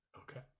okay